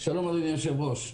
אדוני היושב-ראש,